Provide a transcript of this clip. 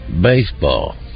baseball